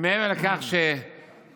אם מעבר לכך שרע"מ,